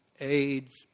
AIDS